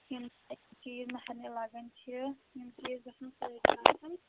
یِم چیٖز مَہَرنِہ لَگَان چھِ یِم چیٖز گژھن سٲری آسٕنۍ